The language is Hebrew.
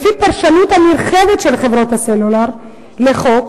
לפי הפרשנות המורחבת של חברות הסלולר לחוק,